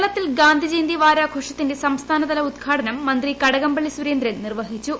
കേരളത്തിൽ ഗാന്ധിജയന്തി വാരാഘോഷത്തിന്റെ സംസ്ഥാനതല ഉദ്ഘാടനം മന്ത്രി കടകംപള്ളി സുരേന്ദ്രൻ നിർവഹിച്ചു